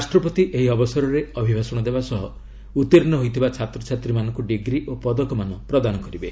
ରାଷ୍ଟ୍ରପତି ଏହି ଅବସରରେ ଅଭିଭାଷଣ ଦେବାସହ ଉତ୍ତୀର୍ଷ୍ଣ ହୋଇଥିବା ଛାତ୍ରଛାତ୍ରୀମାନଙ୍କୁ ଡିଗ୍ରୀ ଓ ପଦକମାନ ପ୍ରଦାନ କରିବେ